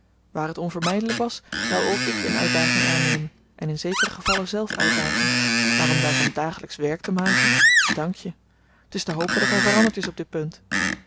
waar t onvermydelyk was zou ook ik een uitdaging aannemen en in zekere gevallen zelf uitdagen maar om daarvan dagelyksch werk te maken dank je het is te hopen dat hy veranderd is op dit punt